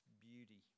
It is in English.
beauty